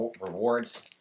rewards